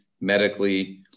medically